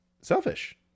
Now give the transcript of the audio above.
selfish